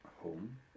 home